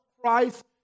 Christ